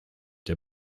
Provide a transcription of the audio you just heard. der